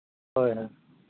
ᱦᱳᱭ ᱦᱳᱭ